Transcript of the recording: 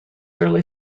early